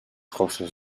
costes